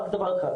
רק דבר אחד,